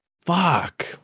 fuck